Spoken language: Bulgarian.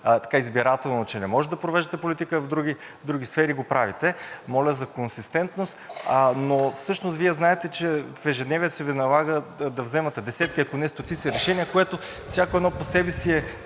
избирателно, че не можете да провеждате политика, а в други сфери го правите. Моля за консистентност. Но всъщност Вие знаете, че в ежедневието Ви се налага да вземате десетки, ако не и стотици решения, което всяко едно по себе си е